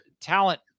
Talent